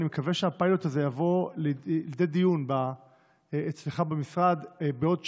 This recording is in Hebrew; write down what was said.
אני מקווה שהפיילוט הזה יבוא לידי דיון אצלך במשרד בעוד שנה,